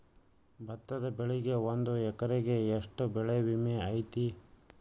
ಭತ್ತದ ಬೆಳಿಗೆ ಒಂದು ಎಕರೆಗೆ ಎಷ್ಟ ಬೆಳೆ ವಿಮೆ ಐತಿ?